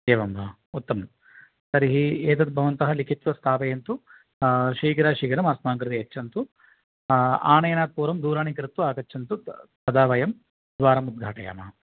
एवं वा उत्तमं तर्हि एतद् भवन्तः लिखित्वा स्थापयन्तु शीघ्रातिशीघ्रम् अस्माकं कृते यच्छन्तु आनयनात् पूर्वं दूरवाणीं कृत्वा आगच्छन्तु तदा वयं द्वारम् उद्घाटयामः